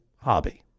hobby